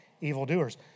evildoers